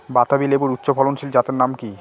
বাতাবি লেবুর উচ্চ ফলনশীল জাতের নাম কি?